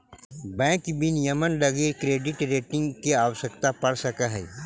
bank विनियमन लगी credit rating के आवश्यकता पड़ सकऽ हइ